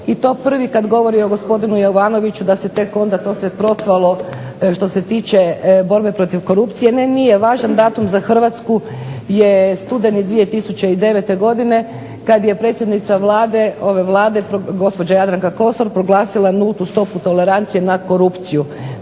i to prvi kad govori o gospodinu Jovanoviću da se tek onda to sve procvalo što se tiče borbe protiv korupcije. Ne nije, važan datum za Hrvatsku je studeni 2009. godine kad je predsjednica Vlade, ove Vlade, gospođa Jadranka Kosor proglasila nultu stopu tolerancije na korupciju.